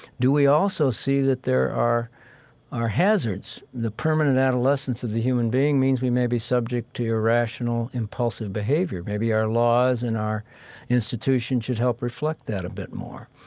do we also see that there are hazards? the permanent adolescence of the human being means we may be subject to irrational, impulsive behavior. maybe our laws and our institutions should help reflect that a bit more.